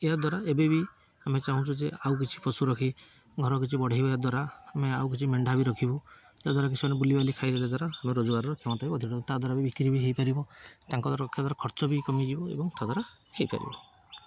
ଏହାଦ୍ୱାରା ଏବେ ବି ଆମେ ଚାହୁଁଛୁ ଯେ ଆଉ କିଛି ପଶୁ ରଖି ଘର କିଛି ବଢ଼େଇବା ଦ୍ୱାରା ଆମେ ଆଉ କିଛି ମେଣ୍ଢା ବି ରଖିବୁ ଯାହାଦ୍ୱାରା କି ସେମାନେ ବୁଲିିବୁଲାକି ଖାଇବା ଦ୍ୱାରା ଆମେ ରୋଜଗାରର କ୍ଷମତା ବଦଳିବ ତାହା ଦ୍ୱାରା ବିକ୍ରି ବି ହୋଇପାରିବ ତାଙ୍କ ଦ୍ୱାରା ଖର୍ଚ୍ଚ ବି କମିଯିବ ଏବଂ ତାହାଦ୍ୱାରା ହୋଇପାରିବ